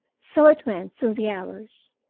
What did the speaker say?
so it went through the hours.